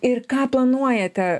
ir ką planuojate